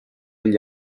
gli